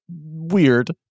weird